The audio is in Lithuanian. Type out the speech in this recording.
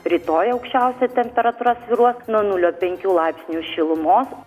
rytoj aukščiausia temperatūra svyruos nuo nulio penkių laipsnių šilumos